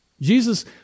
Jesus